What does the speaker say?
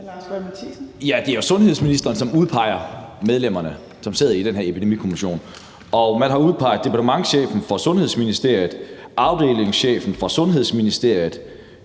det er jo sundhedsministeren, som udpeger medlemmerne, som sidder i den her Epidemikommission, og man har udpeget departementschefen fra Sundhedsministeriet, afdelingschefen fra Sundhedsministeriet,